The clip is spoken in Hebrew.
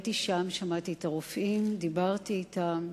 שמעתי את הרופאים, דיברתי אתם,